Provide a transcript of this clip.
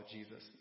Jesus